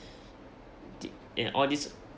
the and all this